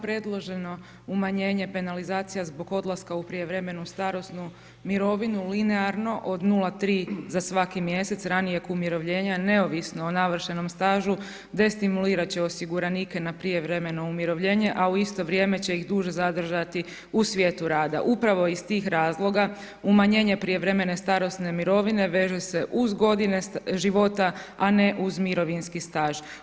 Preloženo umanjenje penalizacije zbog odlaska u prijevremenu starosnu mirovinu linearno od 0,3 za svaki mjesec, ranijeg umirovljenja, neovisno o navršenom stažu, destimulirati će osiguranike na prijevremeno umirovljenje, a u isto vrijeme će ih duže zadržati u svijetu rada, upravo iz tih razloga, umanjenje prijevremene starosne mirovine veže se uz godine života, a ne uz mirovinski staž.